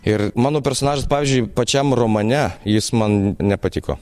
ir mano personažas pavyzdžiui pačiam romane jis man nepatiko